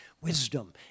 wisdom